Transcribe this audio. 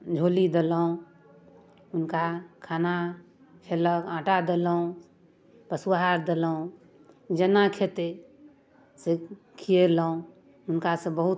झोली देलहुँ हुनका खाना खेलक आटा देलहुँ पशु आहार देलहुँ जेना खेतै से खियेलहुँ हुनकासँ बहुत